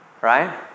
right